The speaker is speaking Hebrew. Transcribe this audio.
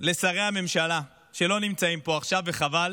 לשרי הממשלה, שלא נמצאים פה עכשיו, וחבל.